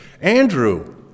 Andrew